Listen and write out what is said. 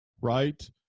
right